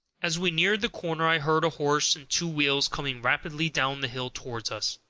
as we neared the corner i heard a horse and two wheels coming rapidly down the hill toward us.